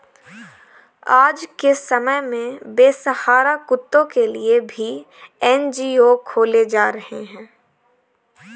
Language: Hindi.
आज के समय में बेसहारा कुत्तों के लिए भी एन.जी.ओ खोले जा रहे हैं